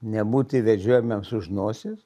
nebūti vedžiojamiems už nosies